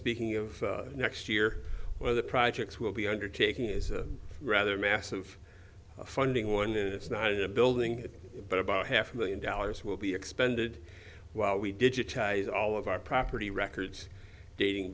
speaking of next year where the projects will be undertaking is a rather massive funding one and it's not in the building but about half a million dollars will be expended while we digitize all of our property records dating